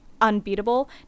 unbeatable